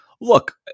look